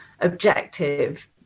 objective